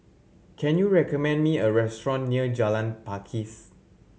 can you recommend me a restaurant near Jalan Pakis